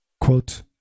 Quote